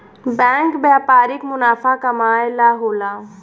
bank व्यापारिक मुनाफा कमाए ला होला